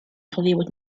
hollywood